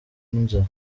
n’inzara